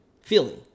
feeling